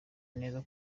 neza